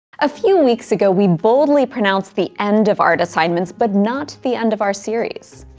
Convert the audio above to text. a few weeks ago we boldly pronounced the end of art assignments, but not the end of our series.